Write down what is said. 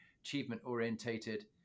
achievement-orientated